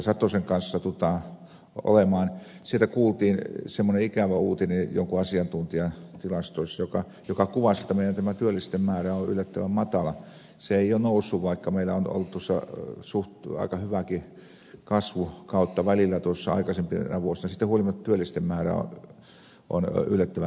satosen kanssa olemme ja siellä kuultiin semmoinen ikävä uutinen jonkun asiantuntijan tilastoissa joka kuvasi että meidän tämä työllisten määrä on yllättävän matala se ei ole noussut vaikka meillä on ollut aika hyvääkin kasvukautta välillä tuossa aikaisempina vuosina siitä huolimatta työllisten määrä on yllättävän matala